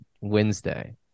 Wednesday